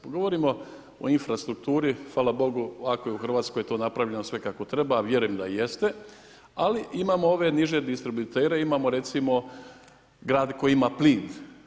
Kad govorimo o infrastrukturi hvala Bogu, ako je u Hrvatskoj to napravljeno sve kako treba, a vjerujem da jeste, ali imamo ove niže distributere imamo recimo grad koji ima plin.